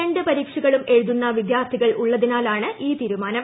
രണ്ട് പരീക്ഷകളൂം എഴുതുന്ന വിദ്യാർത്ഥികൾ ഉള്ളതിനാലാണ് ഈ തീരുമാനം